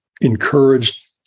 encouraged